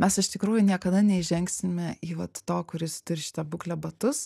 mes iš tikrųjų niekada neįžengsime į vat to kuris turi šitą būklę batus